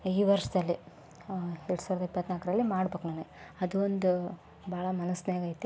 ಈ ವರ್ಷದಲ್ಲಿ ಎರಡು ಸಾವಿರದ ಇಪ್ಪತ್ತನಾಲ್ಕರಲ್ಲಿ ಮಾಡ್ಬೇಕು ನನಗೆ ಅದು ಒಂದು ಭಾಳ ಮನಸ್ನಾಗೈತಿ